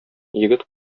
егет